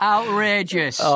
Outrageous